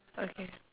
okay